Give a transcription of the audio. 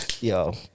Yo